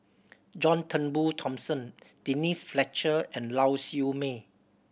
John Turnbull Thomson Denise Fletcher and Lau Siew Mei